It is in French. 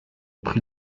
pris